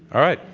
all right,